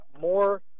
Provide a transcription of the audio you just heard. more